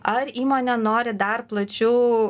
ar įmonė nori dar plačiau